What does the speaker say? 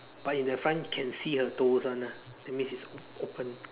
but in the front can see her toes [one] lah that means is open